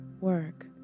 work